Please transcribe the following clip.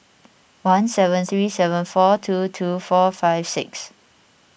one seven three seven four two two four five six